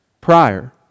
prior